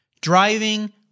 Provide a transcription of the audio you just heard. driving